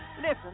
Listen